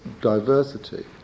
diversity